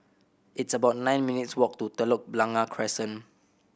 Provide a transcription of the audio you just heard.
it's about nine minutes' walk to Telok Blangah Crescent